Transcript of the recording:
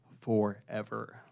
forever